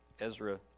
Ezra